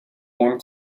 warm